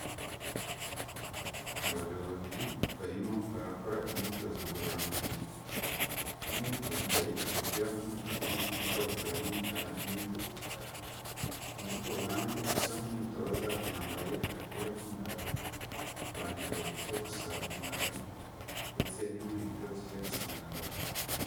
Abagabo babiri barimo barakora imyitozo ngororamubiri. Umwe yambaye agapira k'umutuku n'ikabutura y'umukara n'inkweto z'umukara, undi ku ruhande usa nk'umutoza yambaye agapira k'umukara, ipantaro ijya gusa umukara ndetse n'inkweto zijya gusa umukara.